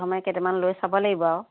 প্ৰথমে কেইটামান লৈ চাব লাগিব আৰু